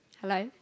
Hello